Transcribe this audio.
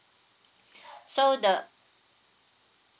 so the